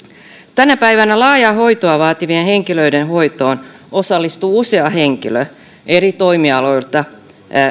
tänä päivänä laajaa hoitoa vaativien henkilöiden hoitoon osallistuu usea henkilö eri toimialoilta